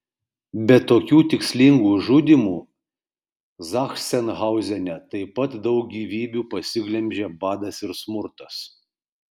be tokių tikslingų žudymų zachsenhauzene taip pat daug gyvybių pasiglemžė badas ir smurtas